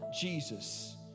Jesus